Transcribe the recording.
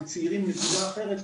וצעירים נקודה אחרת,